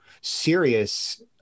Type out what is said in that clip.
serious